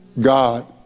God